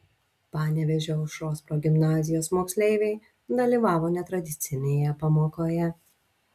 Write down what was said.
panevėžio aušros progimnazijos moksleiviai dalyvavo netradicinėje pamokoje